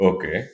Okay